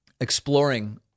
exploring